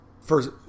first